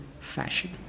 fashion